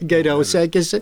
geriau sekėsi